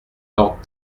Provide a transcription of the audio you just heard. lord